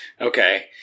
Okay